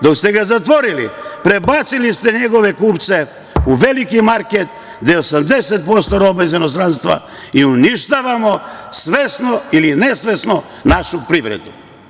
Dok ste ga zatvorili, prebacili ste njegove kupce u veliki market, gde je 80% robe iz inostranstva i uništavamo svesno ili nesvesno našu privredu.